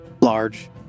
large